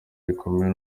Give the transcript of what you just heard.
gikomeye